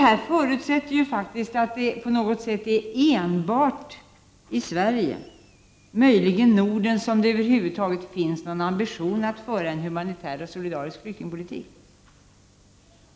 Men detta förutsätter faktiskt att det på något sätt enbart är i Sve 20 november 1989 rige, möjligen i Norden, som det över huvud taget finns en ambition att föra en humanitär och solidarisk flyktingpolitik.